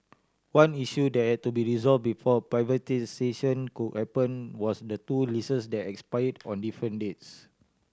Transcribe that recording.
one issue that to be resolve before privatisation could happen was the two leases that expire on different dates